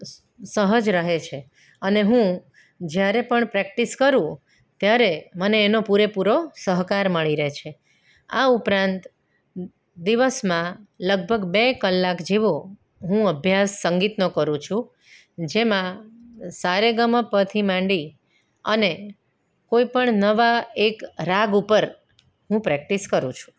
સહજ રહે છે અને હું જ્યારે પણ પ્રેક્ટિસ કરું ત્યારે મને એનો પૂરેપૂરો સહકાર મળી રહે છે આ ઉપરાંત દિવસમાં લગભગ બે કલાક જેવો હું અભ્યાસ સંગીતનો કરું છું જેમાં સા રે ગ મ પ થી માંડી અને કોઈપણ નવા એક રાગ ઉપર હું પ્રેક્ટિસ કરું છું